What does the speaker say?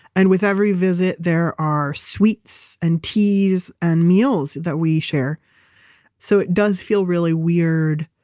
and with every visit, there are sweets and teas and meals that we share so, it does feel really weird,